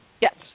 Yes